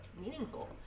meaningful